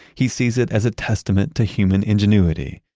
he sees it as a testament to human ingenuity.